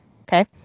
Okay